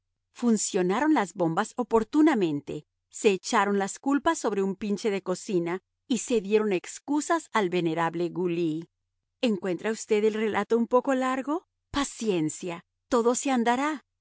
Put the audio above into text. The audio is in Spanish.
funcionaron las bombas oportunamente se echaron las culpas sobre un pinche de cocina y se dieron excusas al venerable gu ly encuentra usted el relato un poco largo paciencia todo se andará